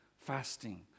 fasting